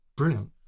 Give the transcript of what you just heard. brilliant